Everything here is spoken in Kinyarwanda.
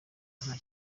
nta